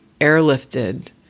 airlifted